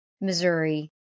Missouri